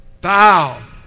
bow